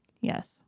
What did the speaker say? Yes